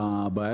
הבעיה